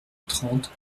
trente